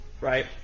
Right